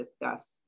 discuss